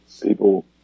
People